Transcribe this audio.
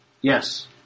yes